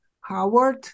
Howard